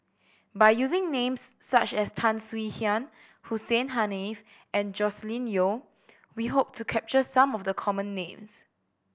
by using names such as Tan Swie Hian Hussein Haniff and Joscelin Yeo we hope to capture some of the common names